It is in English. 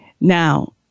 Now